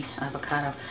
avocado